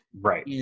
Right